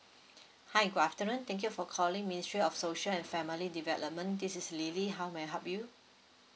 hi good afternoon thank you for calling ministry of social and family development this is lily how may I help you